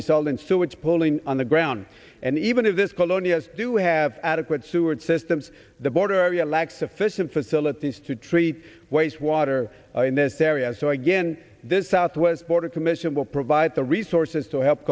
result in sewage pulling on the ground and even if this colonias do have adequate sewer systems the border area lacks sufficient facilities to treat wastewater in this area so again this southwest border commission will provide the resources to help